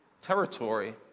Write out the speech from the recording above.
territory